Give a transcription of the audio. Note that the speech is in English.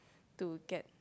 to get